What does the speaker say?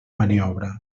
maniobra